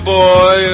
boy